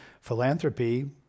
philanthropy